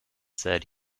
said